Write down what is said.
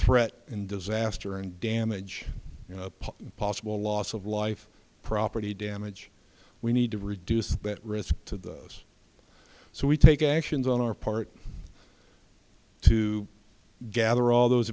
threat and disaster and damage possible loss of life property damage we need to reduce that risk to those so we take actions on our part to gather all those